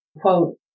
quote